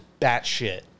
batshit